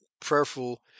prayerful